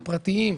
לפרטיים.